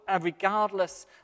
regardless